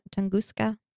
Tunguska